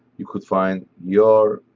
you could find your